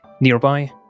Nearby